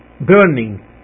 burning